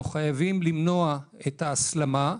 אנחנו חייבים למנוע את ההסלמה.